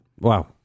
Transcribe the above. Wow